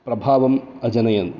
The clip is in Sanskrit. प्रभावम् अजनयन्